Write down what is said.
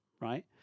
Right